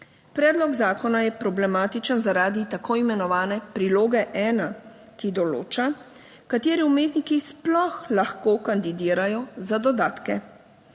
Predlog zakona je problematičen zaradi tako imenovane priloge 1, ki določa, kateri umetniki sploh lahko kandidirajo za dodatke.